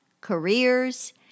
careers